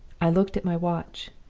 i looked at my watch.